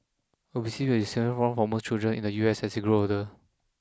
obesity will be a significant problem for most children in the U S as they grow older